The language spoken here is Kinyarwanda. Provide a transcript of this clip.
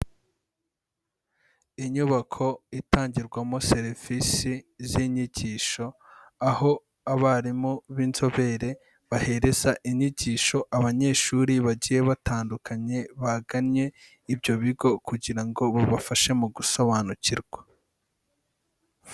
Inyubako itangirwamo serivisi z'inyigisho, aho abarimu b'inzobere bahereza inyigisho abanyeshuri bagiye batandukanye bagannye ibyo bigo kugira ngo babafashe mu gusobanukirwa.